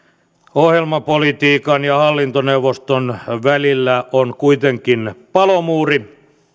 ohjelmapolitiikan ja hallintoneuvoston välillä on kuitenkin palomuuri